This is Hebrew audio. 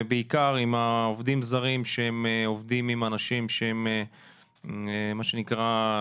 בעיקר עם העובדים זרים שהם עובדים עם אנשים שהם מה שנקרא,